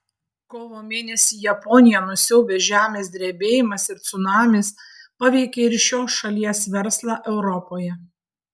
kovo mėnesį japoniją nusiaubęs žemės drebėjimas ir cunamis paveikė ir šios šalies verslą europoje